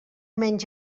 menys